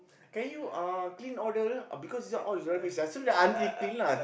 can you uh clean all the because all these is rubbish ah so the auntie clean lah